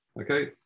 Okay